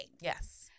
yes